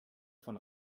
von